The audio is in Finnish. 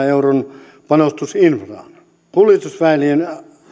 euron panostus infraan kuljetusväylien